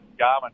Garmin